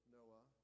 Noah